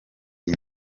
iyi